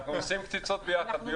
שאנחנו מימנו את עצמנו ללא עזרת המדינה,